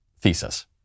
thesis